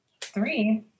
three